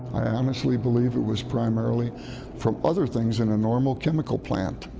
i honestly believe it was primarily from other things in a normal chemical plant,